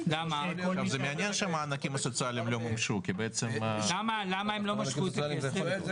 למה הם לא משכו את הכסף?